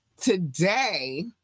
today